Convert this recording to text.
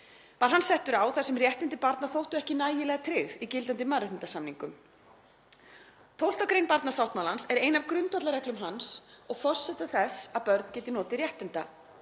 Var hann settur á þar sem réttindi barna þóttu ekki nægilega tryggð í gildandi mannréttindasamningum. 12. gr. barnasáttmálans er ein af grundvallarreglum hans og forsenda þess að börn geti notið réttinda.